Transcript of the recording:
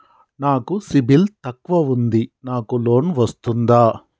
నాకు సిబిల్ తక్కువ ఉంది నాకు లోన్ వస్తుందా?